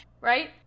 Right